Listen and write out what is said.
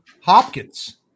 Hopkins